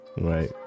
Right